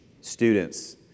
students